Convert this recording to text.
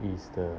is the